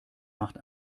macht